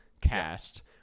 cast